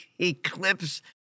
Eclipse